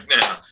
now